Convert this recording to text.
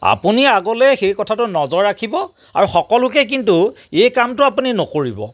আপুনি আগলৈ সেই কথাটো নজৰ ৰাখিব আৰু সকলোকে কিন্তু এই কামটো আপুনি নকৰিব